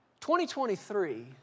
2023